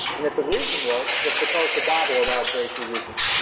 and that the reason was was because the bible allowed very few reasons.